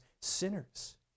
sinners